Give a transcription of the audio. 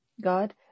God